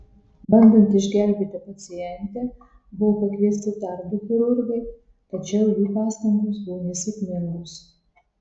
bandant išgelbėti pacientę buvo pakviesti dar du chirurgai tačiau jų pastangos buvo nesėkmingos